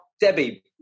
Debbie